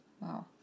Wow